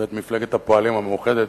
בית מפלגת הפועלים המאוחדת.